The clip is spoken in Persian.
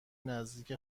نزدیک